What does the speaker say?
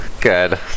good